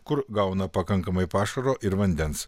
kur gauna pakankamai pašaro ir vandens